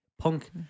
Punk